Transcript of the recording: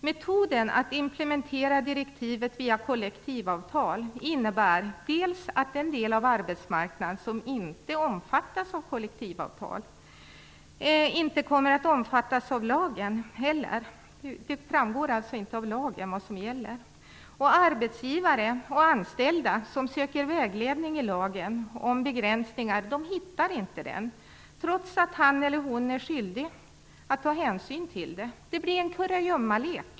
Metoden att implementera direktivet via kollektivavtal innebär att den del av arbetsmarknaden som inte omfattas av kollektivavtal inte kommer att omfattas av lagen heller. Det framgår alltså inte av lagen vad som gäller. Arbetsgivare och anställda som söker vägledning i lagen om begränsningar hittar ingen vägledning, trots att arbetsgivaren är skyldig att ta hänsyn till den. Det blir en kurragömmalek.